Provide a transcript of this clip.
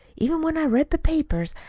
even when i read the papers,